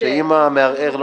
איפה נחמן?